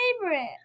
favorite